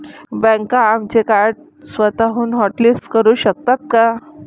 बँका आमचे कार्ड स्वतःहून हॉटलिस्ट करू शकतात का?